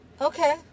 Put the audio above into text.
Okay